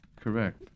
Correct